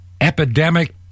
epidemic